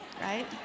Right